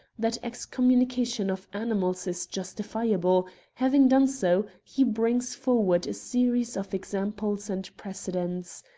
that excommunication of animals is justifiable having done so, he brings forward a series of examples and precedents.